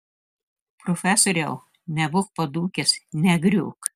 profesoriau nebūk padūkęs negriūk